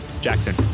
Jackson